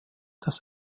das